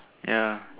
ya